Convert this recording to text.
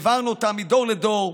העברנו אותם מדור לדור,